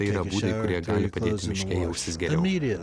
tai yra būdai kurie gali padėti miške jaustis geriau